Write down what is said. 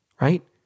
right